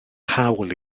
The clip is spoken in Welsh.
hawl